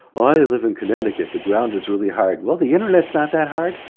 i live in connecticut the ground is really hard well the internet's not that hard.